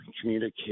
communicate